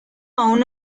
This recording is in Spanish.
aún